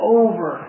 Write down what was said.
over